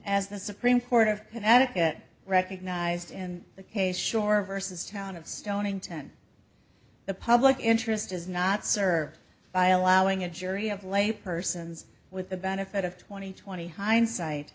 as the supreme court of connecticut recognized in the case sure vs town of stonington the public interest is not served by allowing a jury of lay persons with the benefit of twenty twenty hindsight